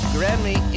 Grammy